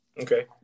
Okay